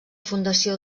fundació